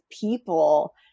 people